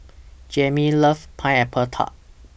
Jayme loves Pineapple Tart